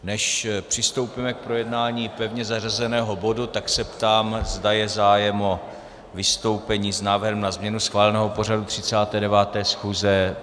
Než přistoupíme k projednávání pevně zařazeného bodu, tak se ptám, zda je zájem o vystoupení s návrhem na změnu schváleného pořadu 39. schůze.